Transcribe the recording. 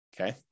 okay